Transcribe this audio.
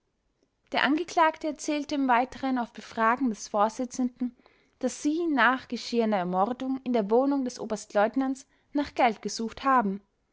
der angeklagte erzählte im weiteren auf befragen des vorsitzenden daß sie nach geschehener ermordung in der wohnung des oberstleutnants nach geld gesucht haben